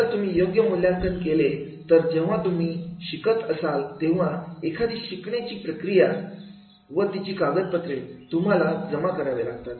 जर तुम्ही योग्य मूल्यांकन केले तर जेव्हा तुम्ही शिकत असाल तेव्हा एखादी शिकण्याची प्रक्रिया व तिची कागदपत्रे तुम्हाला जमा करावे लागतात